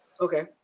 Okay